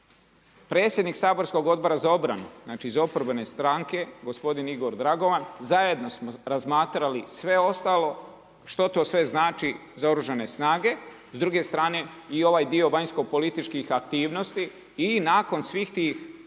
predsjednik saborskog Odbora za obranu, znači iz oporbene stranke gospodin Igor Dragovan, zajedno smo razmatrali sve ostalo što to sve znači za Oružane snage s druge strane i ovaj dio vanjsko-političkih aktivnosti i nakon svih tih